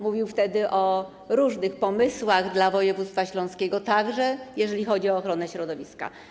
Mówił wtedy o różnych pomysłach dla województwa śląskiego, także jeżeli chodzi o ochronę środowiska.